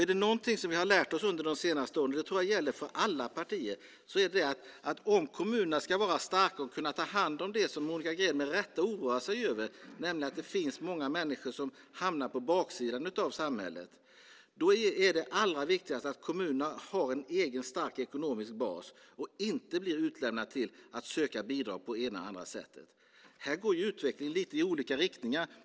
Är det någonting som vi har lärt oss under de senaste åren - det tror jag gäller för alla partier - är det att om kommunerna ska vara starka och kunna ta hand om det som Monica Green med rätta oroar sig över, nämligen att det finns många människor som hamnar på samhällets baksida, är det allra viktigaste att kommunerna har en egen stark ekonomisk bas och inte blir utlämnade till att söka bidrag på ena eller andra sättet. Här går utvecklingen lite i olika riktningar.